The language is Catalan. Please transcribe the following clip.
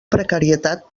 precarietat